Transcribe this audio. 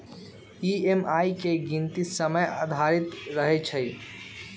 EMI के गीनती समय आधारित रहै छइ